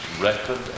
record